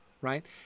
right